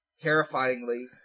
terrifyingly